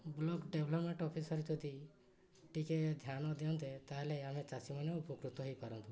block development officer ଯଦି ଟିକେ ଧ୍ୟାନ ଦିଅନ୍ତେ ତାହେଲେ ଆମେ ଚାଷୀମାନେ ଉପକୃତ ହେଇପାରନ୍ତୁ